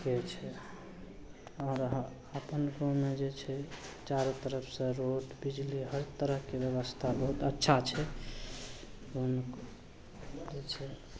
ठिके छै आओर हँ अपन गाममे जे छै चारो तरफसे रोड बिजली हर तरहके बेबस्था बहुत अच्छा छै कोन जे छै